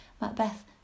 Macbeth